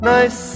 Nice